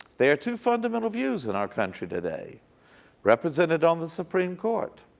there are two fundamental views in our country today represented on the supreme court,